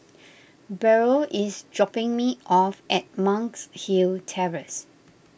Beryl is dropping me off at Monk's Hill Terrace